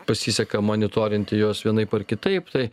pasiseka monitorinti juos vienaip ar kitaip tai